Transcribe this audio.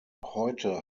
heute